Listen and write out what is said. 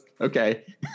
okay